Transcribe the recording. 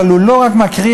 אבל הוא לא רק מקריא,